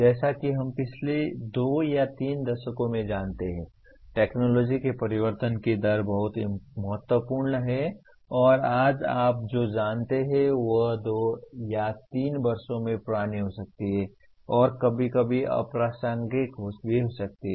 जैसा कि हम पिछले दो या तीन दशकों में जानते हैं टेक्नोलॉजी के परिवर्तन की दर बहुत महत्वपूर्ण है और आज आप जो जानते हैं वह दो या तीन वर्षों में पुरानी हो सकती है और कभी कभी अप्रासंगिक भी हो सकती है